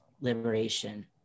liberation